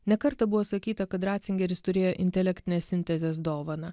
ne kartą buvo sakyta kad ratzingeris turėjo intelektinės sintezės dovaną